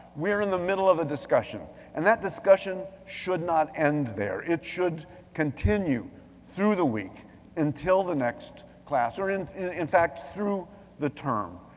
we are in the middle of a discussion. and that discussion should not end there, it should continue through the week until the next class, in in fact, through the term.